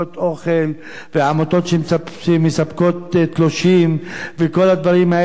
אוכל ועמותות שמספקות תלושים וכל הדברים האלה.